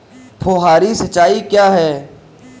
फुहारी सिंचाई क्या है?